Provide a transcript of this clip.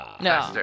No